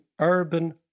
urban